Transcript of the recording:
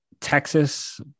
Texas